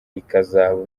ikazaba